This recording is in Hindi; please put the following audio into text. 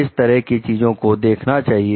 इस तरह की चीजों को देखना चाहिए